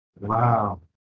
wow